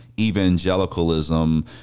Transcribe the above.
evangelicalism